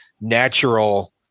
natural